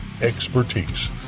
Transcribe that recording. expertise